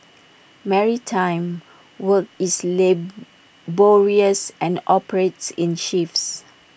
maritime work is laborious and operates in shifts